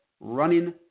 running